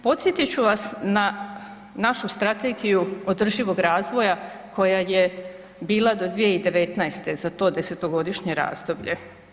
Podsjetit ću vas na našu strategiju održivog razvoja koja je bila do 2019. za to 10-godišnje razdoblje.